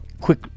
quick